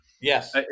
yes